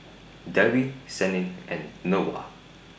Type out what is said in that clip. Dewi Senin and Noah